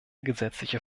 gesetzliche